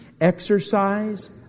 Exercise